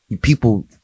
people